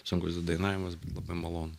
sunkus dainavimas labai malonus